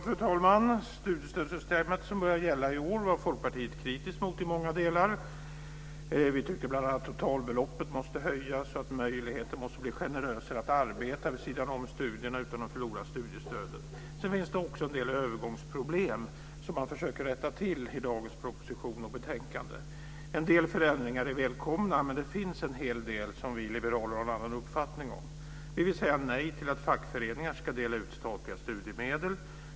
Fru talman! Det studiestödssystem som börjar gälla i år var Folkpartiet kritiskt mot i många delar. Vi tyckte bl.a. att totalbeloppet måste höjas så att möjligheterna måste bli generösare att arbeta vid sidan av studierna utan att förlora studiestödet. Det finns också en del övergångsproblem som man försöker rätta till i dagens proposition och betänkande. En del förändringar är välkomna, men det finns en hel del som vi liberaler har en annan uppfattning om. Vi vill säga nej till att fackföreningar ska dela ut statliga studiemedel.